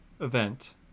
event